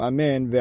Amen